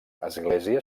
església